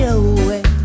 away